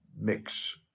mix